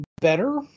better